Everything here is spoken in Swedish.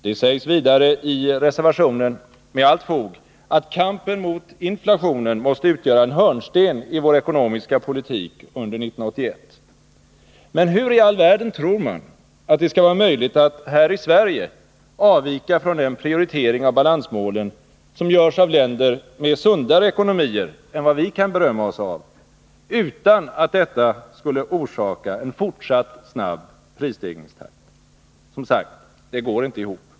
Det sägs vidare i reservationen — med allt fog — att kampen mot inflationen måste utgöra en hörnsten i vår ekonomiska politik under 1981. Men hur i all världen tror man att det skall vara möjligt att här i Sverige avvika från den prioritering av balansmålen som görs av länder med sundare ekonomier än vad vi kan berömma oss av, utan att detta skulle orsaka en fortsatt snabb prisstegringstakt? Som sagt: Det går inte ihop.